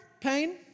pain